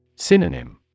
Synonym